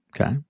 Okay